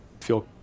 feel